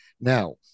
Now